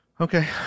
Okay